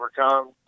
overcome